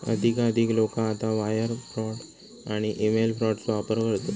अधिकाधिक लोका आता वायर फ्रॉड आणि ईमेल फ्रॉडचो वापर करतत